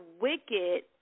wicked